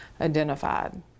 identified